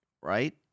right